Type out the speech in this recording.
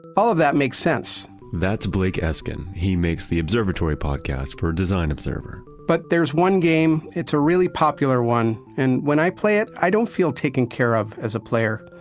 all of that make sense. that's blake eskin. he makes the observatory podcast for design observer. but there's one game, it's a really popular one. and when i play it, i don't feel taken care of as a player.